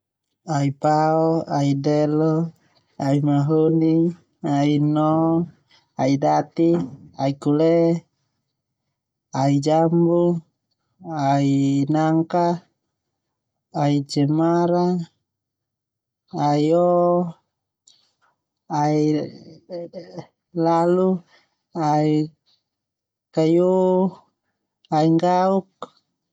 Ai pao, ai delo, ai mahoni, ai no, ai dati, ai kule, ai jambu, ai nangka, ai cemara, ai oo, ai lalu, ai ai kayo, ai nggauk.